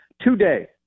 today